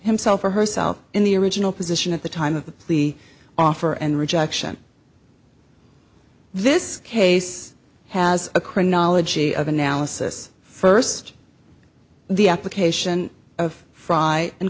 himself or herself in the original position at the time of the plea offer and rejection of this case has a chronology of analysis first the application of fraud and